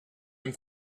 dem